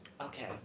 Okay